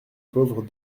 pauvres